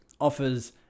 offers